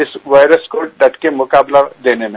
इस वायरस को डट का मुकाबला देने में